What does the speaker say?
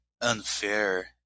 unfair